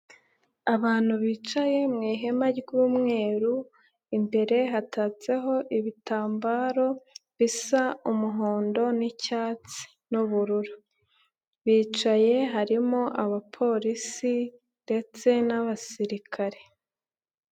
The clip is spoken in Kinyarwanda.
Abantu bicaye mu ihema ry'umweru, imbere hatatseho ibitambaro bisa umuhondo n'icyatsi n'ubururu, bicaye harimo Abapolisi ndetse n'Abasirikare.